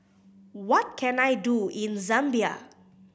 what can I do in Zambia